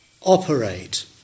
operate